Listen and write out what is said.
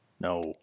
No